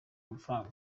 amafaranga